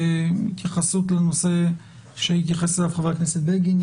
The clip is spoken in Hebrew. התייחסות לנושא שהתייחס אליו חבר הכנסת בגין.